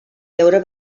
veure